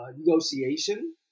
negotiation